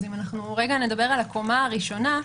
אם רגע נדבר על הקומה הראשונה,